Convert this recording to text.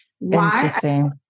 Interesting